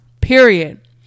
period